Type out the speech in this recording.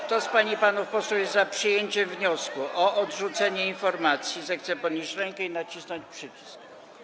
Kto z pań i panów posłów jest za przyjęciem wniosku o odrzucenie informacji, zechce podnieść rękę i nacisnąć przycisk.